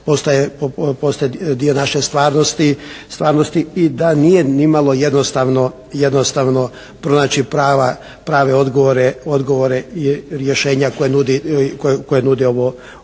postaje dio naše stvarnosti i da nije nimalo jednostavno pronaći prave odgovore i rješenja koja nude ovo